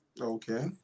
Okay